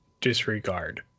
disregard